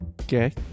okay